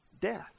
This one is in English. Death